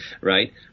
right